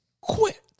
quit